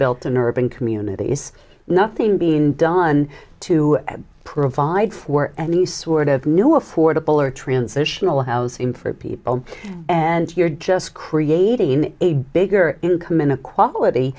built in urban communities nothing being done to provide for any sort of new affordable or transitional housing for people and you're just creating a bigger income inequality